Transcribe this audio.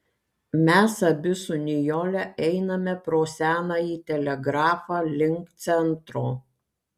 mes abi su nijole einame pro senąjį telegrafą link centro